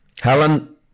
Helen